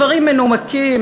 דברים מנומקים,